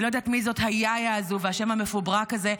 אני לא יודעת מי זאת היאיא הזו והשם המפוברק הזה.